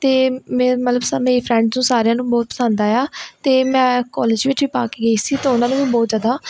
ਅਤੇ ਮੇ ਮਤਲਬ ਸਭ ਮੇਰੀ ਫਰੈਂਡਸ ਜੋ ਸਾਰਿਆਂ ਨੂੰ ਬਹੁਤ ਪਸੰਦ ਆਇਆ ਅਤੇ ਮੈਂ ਕੋਲਜ ਵਿੱਚ ਵੀ ਪਾ ਕੇ ਗਈ ਸੀ ਅਤੇ ਉਹਨਾਂ ਨੂੰ ਵੀ ਬਹੁਤ ਜ਼ਿਆਦਾ